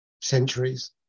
centuries